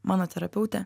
mano terapeutė